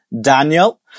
Daniel